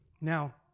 Now